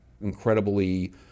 incredibly